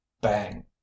Bang